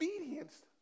obedience